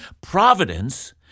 providence